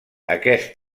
aquest